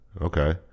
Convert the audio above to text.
Okay